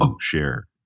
share